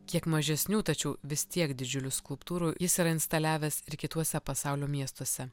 kiek mažesnių tačiau vis tiek didžiulių skulptūrų jis yra instaliavęs ir kituose pasaulio miestuose